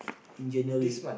in January